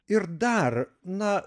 ir dar na